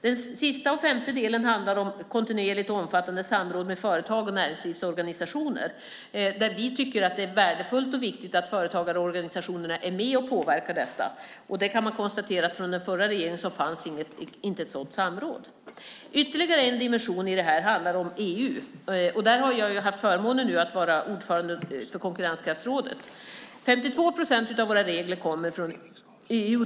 Den femte och sista delen handlar om kontinuerligt och omfattande samråd med företag och näringslivsorganisationer. Det är värdefullt och viktigt att företagarorganisationerna är med och påverkar. Under den förra regeringen fanns inte ett sådant samråd. Ytterligare en dimension i detta handlar om EU. Jag har nu haft förmånen att vara ordförande i konkurrenskraftsrådet. 52 procent av våra regler kommer från EU.